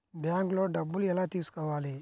బ్యాంక్లో డబ్బులు ఎలా తీసుకోవాలి?